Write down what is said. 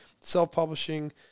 self-publishing